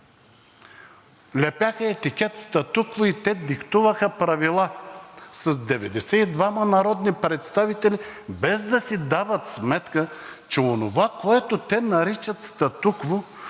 Лепяха етикет „статукво“ и те диктуваха правила с 92 народни представители, без да си дават сметка, че онова, което те наричат статукво,